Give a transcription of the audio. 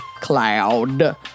cloud